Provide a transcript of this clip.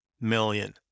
million